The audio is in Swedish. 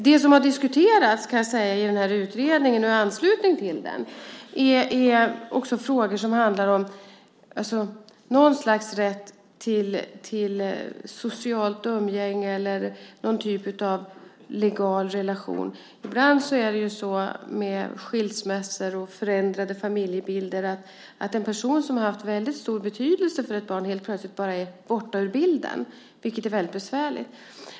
Det som har diskuterats i den här utredningen och i anslutning till den är också frågor som handlar om något slags rätt till socialt umgänge eller någon typ av legal relation. Ibland är det ju så med skilsmässor och förändrade familjebilder att en person som har haft väldigt stor betydelse för ett barn helt plötsligt bara är borta ur bilden, vilket är väldigt besvärligt.